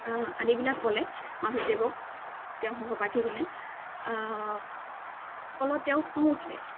আদিবিলাক ক'লে মাধৱদেৱক তেওঁৰ সহপাঠীজনে কলত তেওঁৰ খং উঠিলে